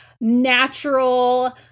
natural